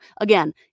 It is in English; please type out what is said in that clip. again